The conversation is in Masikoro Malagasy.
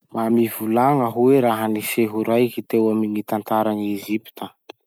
Mba mivolagna hoe raha-niseho raiky teo amy gny tantaran'i Ezipta?